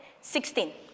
sixteen